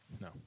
No